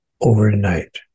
overnight